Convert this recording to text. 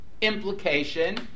Implication